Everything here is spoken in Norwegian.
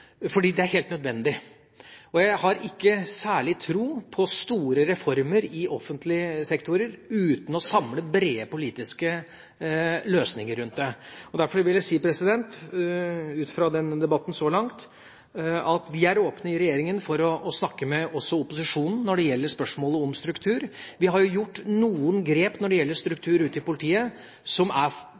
det er helt nødvendig. Jeg har ikke særlig tro på store reformer i offentlige sektorer uten å få samlede, brede politiske løsninger rundt det. Derfor vil jeg ut fra debatten så langt si at vi i regjeringa er åpne for å snakke med også opposisjonen når det gjelder spørsmålet om struktur. Vi har gjort noen grep når det gjelder struktur, ute i politiet, som etter mitt skjønn er